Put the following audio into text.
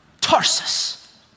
Tarsus